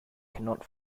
cannot